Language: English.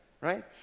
Right